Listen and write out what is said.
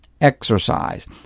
exercise